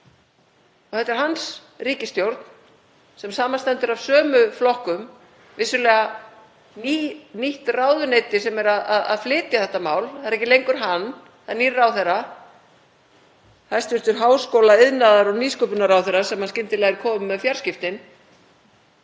og þetta er hans ríkisstjórn sem samanstendur af sömu flokkum. Það er vissulega nýtt ráðuneyti sem er að flytja þetta mál. Það er ekki lengur hann, það er nýr ráðherra, hæstv. háskóla, iðnaðar- og nýsköpunarráðherra, sem skyndilega er kominn með fjarskiptin.